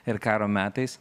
ir karo metais